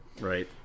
Right